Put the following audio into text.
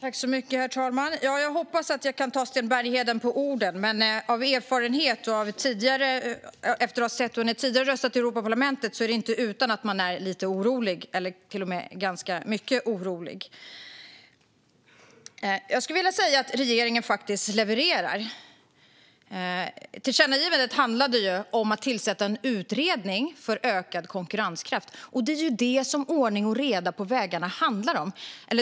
Herr talman! Jag hoppas att jag kan ta Sten Bergheden på orden. Men efter att ha sett hur ni tidigare har röstat i Europaparlamentet är det inte utan att man är lite orolig eller till och med ganska mycket orolig. Jag skulle vilja säga att regeringen faktiskt levererar. Tillkännagivandet handlade ju om att tillsätta en utredning för ökad konkurrenskraft. Det är ju detta som ordning och reda på vägarna handlar om.